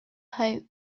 hope